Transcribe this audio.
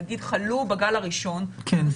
נגיד, חלו בגל הראשון -- כן.